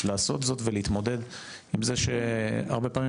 לעשות זאת ולהתמודד עם זה שהרבה פעמים